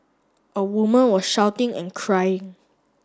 a woman was shouting and crying